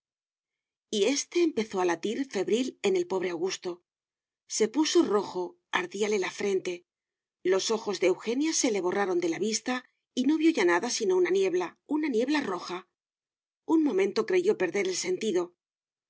y éste empezó a latir febril en el pobre augusto se puso rojo ardíale la frente los ojos de eugenia se le borraron de la vista y no vio ya nada sino una niebla una niebla roja un momento creyó perder el sentido